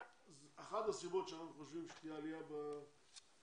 אחת הסיבות שאנחנו חושבים שתהיה עלייה הוא גם